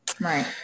Right